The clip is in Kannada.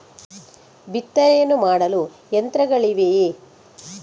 ಬಿತ್ತನೆಯನ್ನು ಮಾಡಲು ಯಂತ್ರಗಳಿವೆಯೇ?